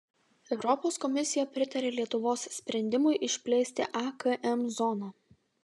europos komisija pritarė lietuvos sprendimui išplėsti akm zoną